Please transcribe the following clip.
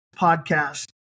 podcast